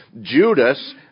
Judas